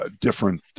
different